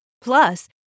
Plus